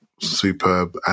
superb